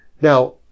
Now